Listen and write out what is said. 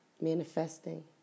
manifesting